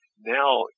now